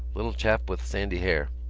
little chap with sandy hair.